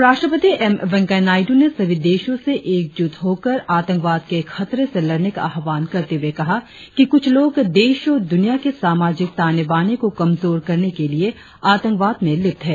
उपराष्ट्रपति एम वेंकैया नायडू ने सभी देशों से एकजुट होकर आंतकवाद के खतरे से लड़ने का आह्वान करते हुए कहा कि कुछ लोग देश और द्रनिया के सामाजिक ताने बाने को कमजोर करने के लिए आतंकवाद में लिप्त हैं